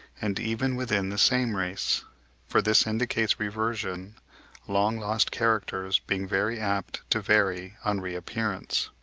and even within the same race for this indicates reversion long lost characters being very apt to vary on re-appearance.